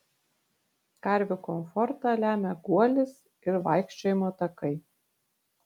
karvių komfortą lemia guolis ir vaikščiojimo takai